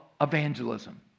evangelism